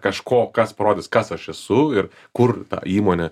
kažko kas parodys kas aš esu ir kur tą įmonę